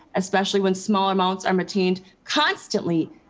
especially when smaller amounts are maintained constantly,